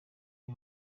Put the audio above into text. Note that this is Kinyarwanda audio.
iyo